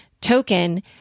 token